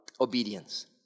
obedience